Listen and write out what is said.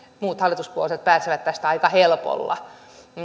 muut hallituspuolueet pääsevät tästä aika helpolla